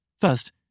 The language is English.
First